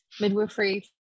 midwifery